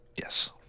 Yes